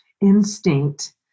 instinct